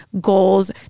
goals